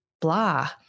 blah